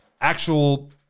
actual